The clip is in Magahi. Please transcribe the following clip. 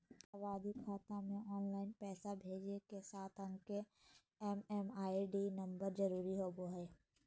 गैर लाभार्थी खाता मे ऑनलाइन पैसा भेजे ले सात अंक के एम.एम.आई.डी नम्बर जरूरी होबय हय